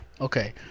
Okay